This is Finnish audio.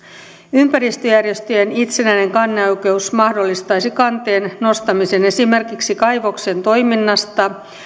ympäristöjärjestöjen itsenäinen kanneoikeus mahdollistaisi kanteen nostamisen esimerkiksi kaivoksen toiminnasta